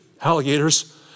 Alligators